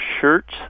shirts